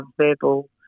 verbal